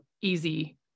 easy